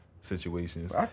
situations